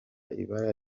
ibara